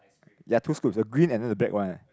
ya two scoops the green and than the black one eh